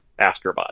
Astrobot